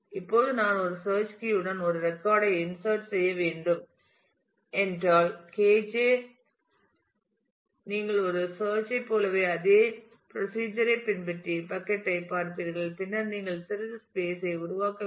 இப்போது நான் ஒரு சேர்ச் கீ யுடன் ஒரு ரெக்கார்ட் ஐ இன்சட் செய்ய வேண்டும் என்றால் Kj சந்தா நீங்கள் ஒரு சேர்ச் ஐ போலவே அதே ப்ரோசீசர் ஐ பின்பற்றி பக்கட் ஐப் பார்ப்பீர்கள் பின்னர் நீங்கள் சிறிது ஸ்பேஸ் ஐ உருவாக்க வேண்டும்